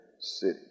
city